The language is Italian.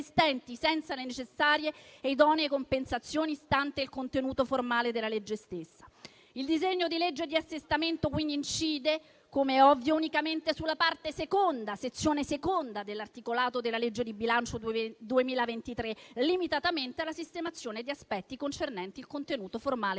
Il disegno di legge di assestamento quindi, com'è ovvio, incide unicamente sulla parte seconda, sezione seconda, dell'articolato della legge di bilancio 2023, limitatamente alla sistemazione di aspetti concernenti il contenuto formale delle